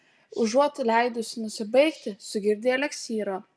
užuot leidusi nusibaigti sugirdei eliksyro